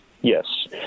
Yes